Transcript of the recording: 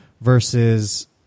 versus